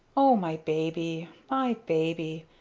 o my baby! my baby!